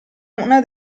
una